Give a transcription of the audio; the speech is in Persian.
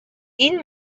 این